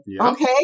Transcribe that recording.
okay